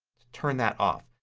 turn that off.